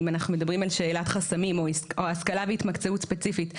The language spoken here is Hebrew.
אם אנחנו מדברים על שאלת חסמים או השכלה והתמקצעות ספציפית.